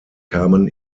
kamen